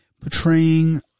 portraying